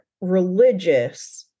religious